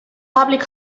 public